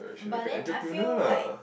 but then I feel like